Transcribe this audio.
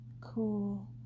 cool